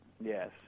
Yes